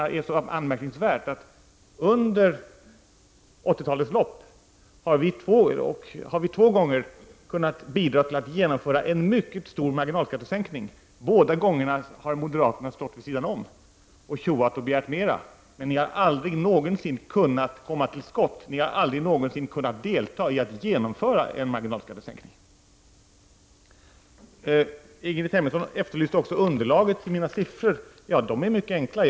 Det är anmärkningsvärt att vi under 1980-talet två gånger har kunnat bidra till genomförandet av en mycket stor marginalskattesänkning. Båda gångerna har ni moderater stått vid sidan om och tjoat och begärt mera, men ni har aldrig någonsin kunnat komma till skott, aldrig någonsin kunnat delta i genomförandet av en marginalskattesänkning. Ingrid Hemmingsson efterlyste också underlaget till mina siffror. Det är mycket enkelt.